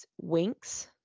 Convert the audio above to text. winks